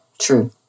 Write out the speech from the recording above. true